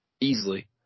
Easily